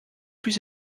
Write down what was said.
plus